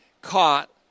caught